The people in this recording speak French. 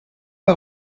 pas